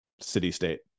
city-state